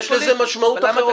יש לזה משמעויות אחרות.